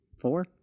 four